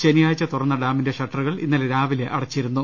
ശനിയാഴ്ച തുറന്ന ഡാമിന്റെ ഷട്ടറുകൾ ഇന്നലെ രാവിലെ അടച്ചി രുന്നു